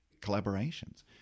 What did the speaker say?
collaborations